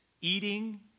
eating